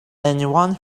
anyone